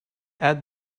add